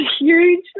huge